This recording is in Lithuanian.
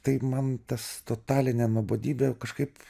tai man tas totalinė nuobodybė kažkaip